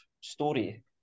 story